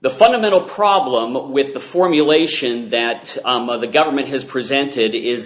the fundamental problem with the formulation that the government has presented is